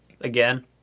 Again